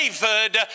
David